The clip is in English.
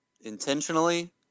intentionally